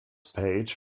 page